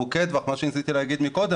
ארוכי הטווח שלנו מה שניסיתי לומר מקודם